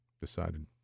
decided